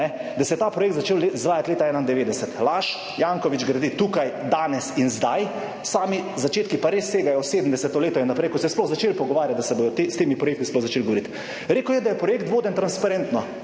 Da se je ta projekt začel izvajati leta 1991, laž, Janković gradi tukaj danes in zdaj, sami začetki pa res segajo v 70. leto in naprej, ko se je sploh začeli pogovarjati, da se bodo s temi projekti sploh začeli govoriti. Rekel je, da je projekt voden transparentno.